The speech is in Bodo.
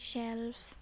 सेल्फ